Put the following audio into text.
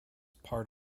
part